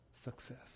success